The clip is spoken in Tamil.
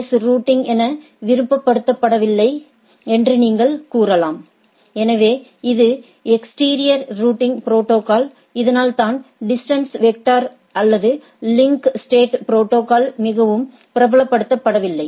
எஸ் ரூட்டிங் என விரும்பப்படுவதில்லைஎன்று நீங்கள் கூறலாம் எனவே இது எக்ஸ்டிரியர் ரூட்டிங் ப்ரோடோகால்ஸ் இதனால் தான் டிஸ்டன்ஸ் வெக்டர் அல்லது லிங்க் ஸ்டேட் ப்ரோடோகால் மிகவும் பிரபலப்படுத்தப்படவில்லை